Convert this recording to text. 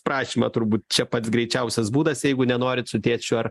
prašymą turbūt čia pats greičiausias būdas jeigu nenorit su tėčiu ar